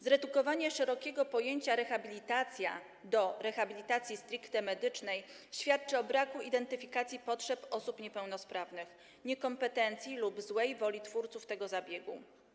Zredukowanie szerokiego pojęcia „rehabilitacja” do rehabilitacji stricte medycznej świadczy o braku identyfikacji potrzeb osób niepełnosprawnych, niekompetencji lub złej woli twórców tego zabiegu.